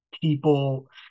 people